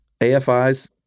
AFI's